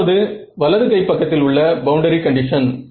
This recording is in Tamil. மூன்றாவது வலது கை பக்கத்தில் உள்ள பவுண்டரி கண்டிஷன்